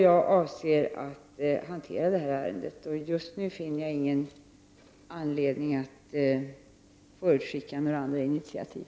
Jag kommer att hantera ärendet i enlighet med detta. Och just nu finner jag inte anledning att förutskicka några andra initiativ.